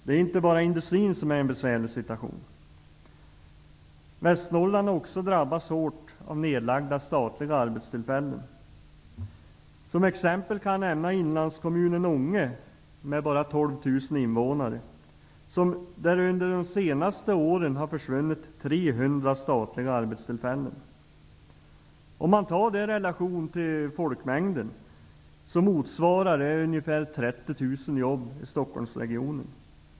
Det är inte bara en utomordentligt besvärlig situation för industrin. Även statliga arbetsplatser i Västernorrland har lagts ned. I inlandskommunen Ånge exempelvis, med 12 000 invånare, har under de senaste åren 300 statliga arbetstillfällen försvunnit. Sett i relation till folkmängden motsvarar det ungefär 30 000 arbetstillfällen i Stockholmsregionen.